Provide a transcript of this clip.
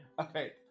Okay